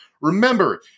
Remember